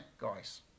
guys